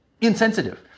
insensitive